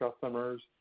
customers